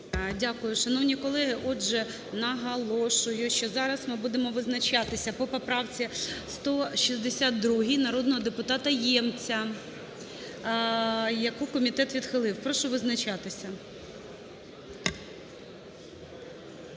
Дякую. Шановні колеги! Отже, наголошую, що зараз ми будемо визначатися по поправці 162 народного депутата Ємця, яку комітет відхилив. Прошу визначатися.